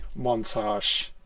montage